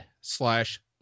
slash